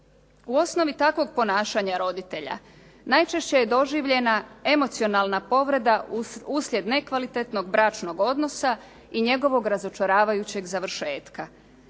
U osnovi takvog ponašanja roditelja najčešće je doživljena emocionalna povreda uslijed nekvalitetnog bračnog odnosa i njegovog razočaravajućeg završetka.